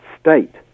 state